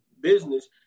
business